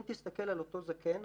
אם תסתכל על אותו זקן,